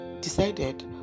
decided